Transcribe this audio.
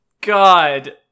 God